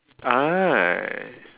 ah